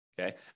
Okay